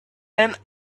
and